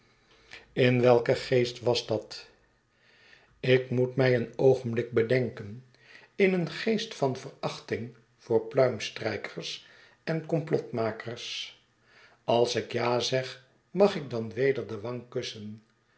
in welk een geest was dat ik moet mij een oogenblik bedenken in een geest van verachting voor pluimstrijkers en komplotmakers als ik ja zeg mag ik dan weder de wang kussen